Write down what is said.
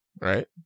right